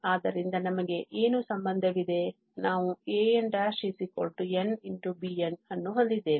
ಆದ್ದರಿಂದ ನಮಗೆ ಏನು ಸಂಬಂಧವಿದೆ ನಾವು a'nnbn ಅನ್ನು ಹೊಂದಿದ್ದೇವೆ